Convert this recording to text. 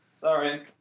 sorry